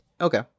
Okay